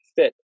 fit